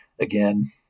again